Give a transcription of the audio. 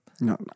No